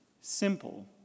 Simple